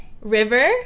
River